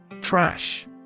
Trash